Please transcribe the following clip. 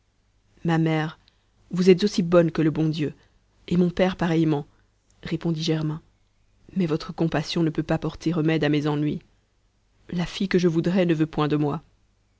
ma mère vous êtes aussi bonne que le bon dieu et mon père pareillement répondit germain mais votre compassion ne peut pas porter remède à mes ennuis la fille que je voudrais ne veut point de moi